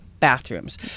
bathrooms